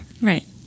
Right